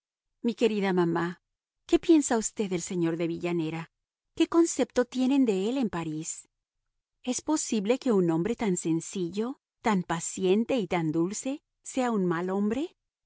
mi querida mamá qué piensa usted del señor de villanera qué concepto tienen de él en parís es posible que un hombre tan sencillo tan paciente y tan dulce sea un mal hombre